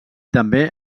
també